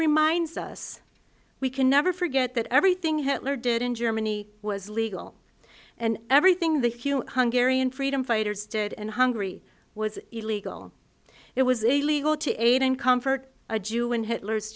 reminds us we can never forget that everything hitler did in germany was legal and everything the human hungry and freedom fighters did and hungry was illegal it was illegal to aid and comfort a jew in hitler's